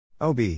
OB